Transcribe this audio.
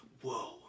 whoa